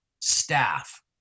staff